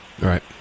Right